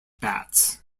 bats